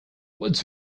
what